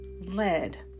lead